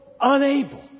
unable